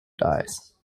dyes